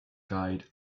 guide